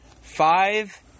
five